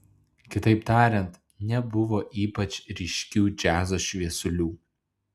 kitaip tariant nebuvo ypač ryškių džiazo šviesulių